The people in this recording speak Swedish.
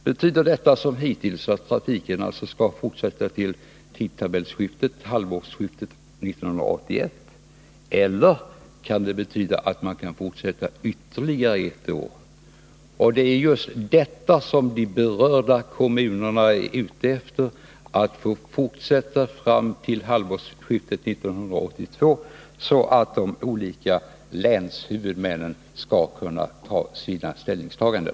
Betyder orden ”som hittills” att trafiken skall fortsätta till tidtabellsbytet vid halvårsskiftet 1981 eller betyder det att man kan fortsätta ytterligare ett år. Det är just detta som de berörda kommunerna är ute efter, dvs. att få fortsätta fram till halvårsskiftet 1982, så att de olika länshuvudmännen kan hinna göra sina ställningstaganden.